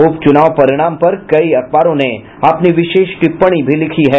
उपचुनाव परिणाम पर कई अखबारों ने अपनी विशेष टिप्पणी भी लिखी है